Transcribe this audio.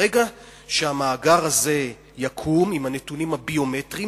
ברגע שהמאגר הזה יקום עם הנתונים הביומטריים,